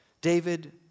David